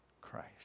Christ